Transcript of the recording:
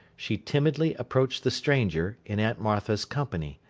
she timidly approached the stranger, in aunt martha's company,